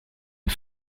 une